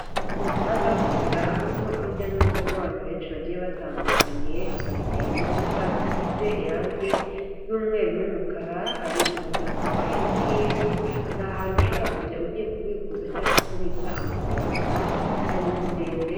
Ni umuhanda wumukara urimo urujya n'uruza rw'abantu benshi bagiye batandukanye, haparitse imodoka zisize irangi ry'umweru n'umukara, hari umutaka wa MTN ni ahantu ushobora kujya ugiye kubikuza cyangwa kubitsa amafaranga, hari inzu ndende.